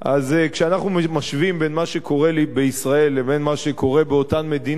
אז כשאנחנו משווים בין מה שקורה בישראל לבין מה שקורה באותן מדינות,